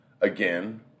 again